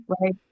right